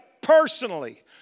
personally